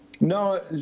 No